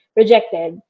rejected